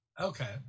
okay